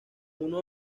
uno